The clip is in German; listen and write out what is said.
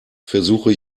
versuche